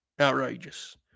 outrageous